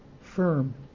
firm